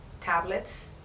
tablets